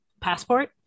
passport